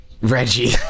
reggie